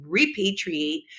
repatriate